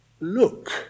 look